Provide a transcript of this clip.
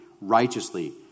righteously